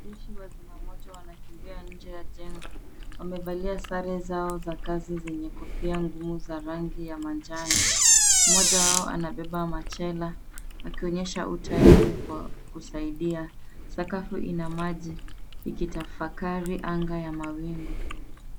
Jeshi wa Zima moto wanakimbia nje ya jengo wamevalia sare zao za kazi zenye kofia ngumu za rangi ya manjano ,moja wao anabeba machela akionyesha utayari kwa kusaidia ,sakafu ina maji ikitafakari anga ya mawingu.